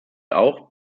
auch